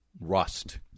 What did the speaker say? Rust